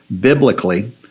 biblically